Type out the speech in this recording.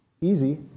easy